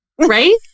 right